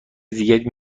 دیگری